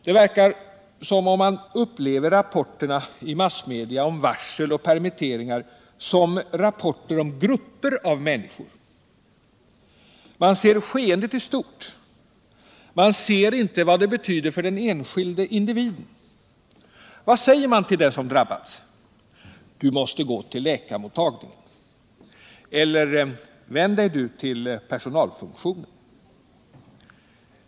Det verkar som om man upplever rapporterna i massmedia om varsel och permitteringar som rapporter om grupper av människor. Man ser skeendet i stort. Man ser inte vad det betyder för den enskilda individen. Vad säger man till den som drabbats: ”Du måste gå till läkarmottagningen” eller ”Vänd dig du till personalfunktionen”?